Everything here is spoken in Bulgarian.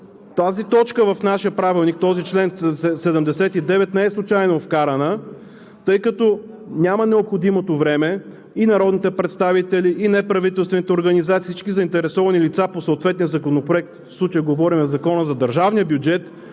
Този чл. 79 в нашия Правилник не е случайно вкаран, тъй като няма необходимото време и народните представители, и неправителствените организации, и всички заинтересовани лица по съответния законопроект, в случая говорим за Закона за държавния бюджет,